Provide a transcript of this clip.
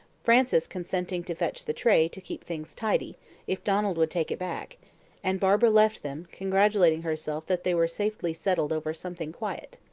frances consenting to fetch the tray to keep things tidy if donald would take it back and barbara left them, congratulating herself that they were safely settled over something quiet.